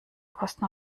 kosten